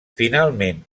finalment